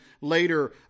later